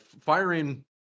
firing